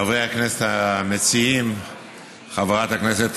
חברי הכנסת המציעים חברת הכנסת